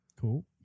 Cool